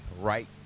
right